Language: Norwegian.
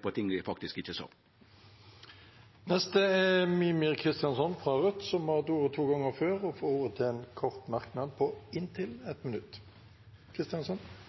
på ting eg faktisk ikkje har sagt. Representanten Mímir Kristjánsson har hatt ordet to ganger tidligere og får ordet til en kort merknad, begrenset til 1 minutt.